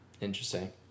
Interesting